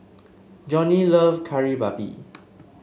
Johnie love Kari Babi